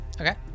Okay